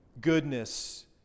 goodness